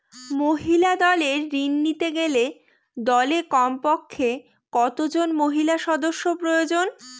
মহিলা দলের ঋণ নিতে গেলে দলে কমপক্ষে কত জন মহিলা সদস্য প্রয়োজন?